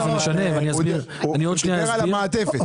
הוא דיבר על המעטפת.